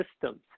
systems